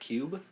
Cube